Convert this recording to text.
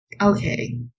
Okay